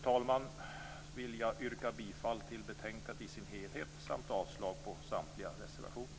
Till sist vill jag yrka bifall till hemställan i betänkandet i dess helhet samt avslag på samtliga reservationer.